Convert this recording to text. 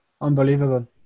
Unbelievable